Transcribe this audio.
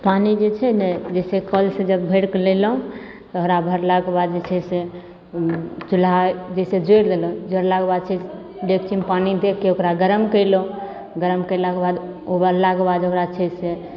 पानि जे छै ने जैसे कल से जब भरिके लेलहुँ ओकरा भरलाके बाद जे छै से चूल्हा जैसे जोड़ि देलहुँ जोड़लाके बाद छै जे डेकची मे पानी देके ओकरा गरम कयलहुँ गरम कयलाके बाद उबललाके बाद ओकरा छै से